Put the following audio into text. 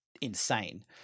insane